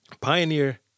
Pioneer